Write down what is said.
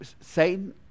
Satan